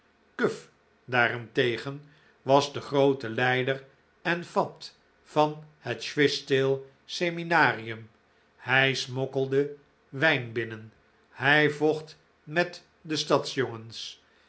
daarentegen was de groote leider en fat van het swishtail seminarium hij smokkelde wijn binnen hij vocht met de